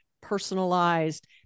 personalized